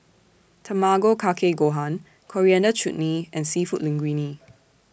Tamago Kake Gohan Coriander Chutney and Seafood Linguine